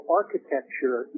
architecture